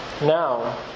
Now